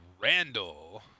Randall